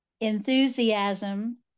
enthusiasm